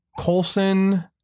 colson